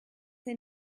they